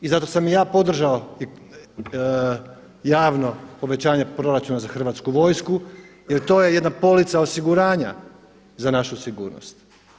I zato sam i ja podržao javno obećanje proračuna za Hrvatsku vojsku jer to je jedna polica osiguranja za našu sigurnost.